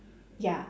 ya